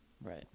Right